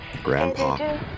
Grandpa